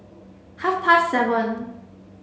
half past seven